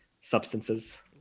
substances